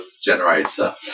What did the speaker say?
generator